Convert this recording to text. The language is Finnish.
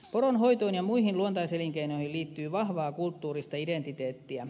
poronhoitoon ja muihin luontaiselinkeinoihin liittyy vahvaa kulttuurista identiteettiä